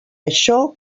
això